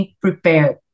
prepared